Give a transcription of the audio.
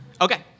Okay